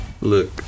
Look